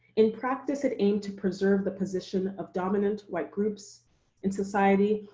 in practice, it aimed to preserve the position of dominant white groups in society,